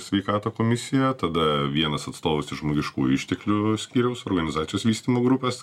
sveikatos komisija tada vienas atstovas iš žmogiškųjų išteklių skyriaus organizacijos vystymo grupės